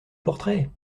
portrait